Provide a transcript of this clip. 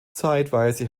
zeitweise